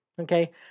Okay